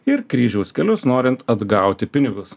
ir kryžiaus kelius norint atgauti pinigus